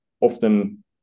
often